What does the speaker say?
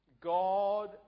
God